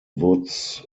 woods